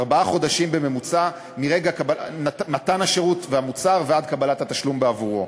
ארבעה חודשים בממוצע מרגע מתן השירות והמוצר ועד קבלת התשלום בעבורו.